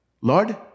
Lord